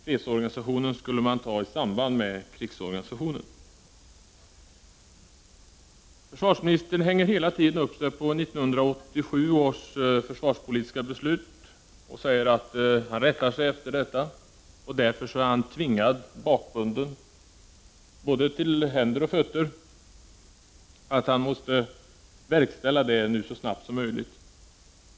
Fredsorganisationen skulle man ta i samband med krigsorganisationen. Försvarsministern hänger hela tiden upp sig på 1987 års försvarspolitiska beslut och säger att han rättar sig efter detta. Därför är han tvingad, bakbunden till både händer och fötter, att verkställa det nu så snabbt som möjligt.